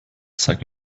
zeig